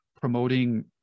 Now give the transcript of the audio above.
promoting